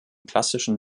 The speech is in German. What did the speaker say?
klassischen